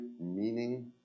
meaning